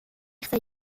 super